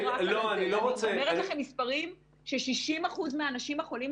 תשובה שנוגעת לסוגיית המסעדות.